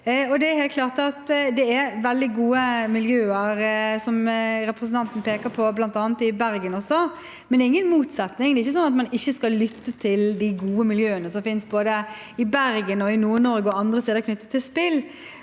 Det er helt klart veldig gode miljøer, som representanten peker på, bl.a. i Bergen, men det er ingen motsetning. Det er ikke sånn at man ikke skal lytte til de gode miljøene som finnes både i Bergen, i Nord-Norge og andre steder knyttet til spill,